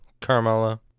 Carmela